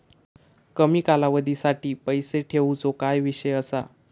कमी कालावधीसाठी पैसे ठेऊचो काय विषय असा?